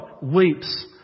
weeps